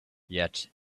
yet